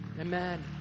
Amen